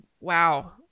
Wow